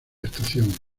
estación